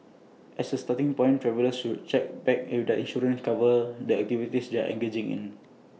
as A starting point travellers should check that if their insurance covers the activities they are engaging in